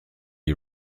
you